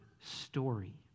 story